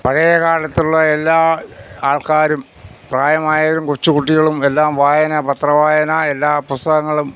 പഴയ കാലത്തുള്ള എല്ലാ ആൾക്കാരും പ്രായമായാലും കൊച്ചുകുട്ടികളും എല്ലാം വായനാ പത്രവായന എല്ലാ പുസ്തകങ്ങളും